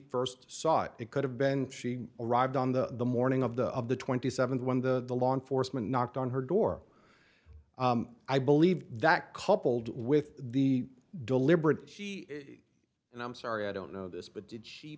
first saw it it could have been she arrived on the morning of the of the twenty seventh when the law enforcement knocked on her door i believe that coupled with the deliberate and i'm sorry i don't know this but did she